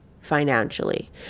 financially